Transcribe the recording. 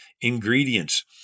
ingredients